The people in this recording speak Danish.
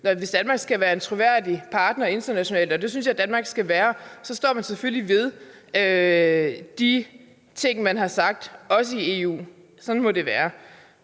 hvis Danmark skal være en troværdig partner internationalt, og det synes jeg at Danmark skal være, så står man selvfølgelig ved de ting, man har sagt, også i EU. Sådan må det være.